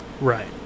Right